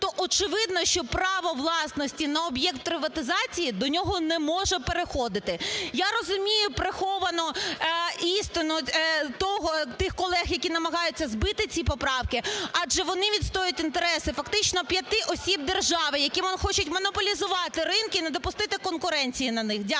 то очевидно, що право власності на об'єкт приватизації до нього не може переходити. Я розумію приховано істину тих колеги, які намагаються збити ці поправки, адже вони відстоюють інтереси фактично п'яти осіб держави, які хочуть монополізувати ринки і не допустити конкуренції на них. Дякую.